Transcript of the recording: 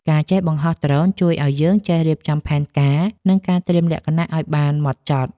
ការបង្ហោះដ្រូនជួយឱ្យយើងចេះរៀបចំផែនការ និងការត្រៀមលក្ខណៈឱ្យបានហ្មត់ចត់។